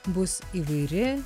bus įvairi